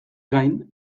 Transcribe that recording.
gain